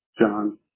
John